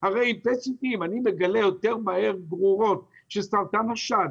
הרי אם אני מגלה יותר מהר גרורות של סרטן השד